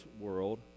world